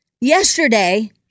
yesterday